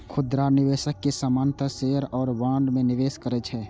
खुदरा निवेशक सामान्यतः शेयर आ बॉन्ड मे निवेश करै छै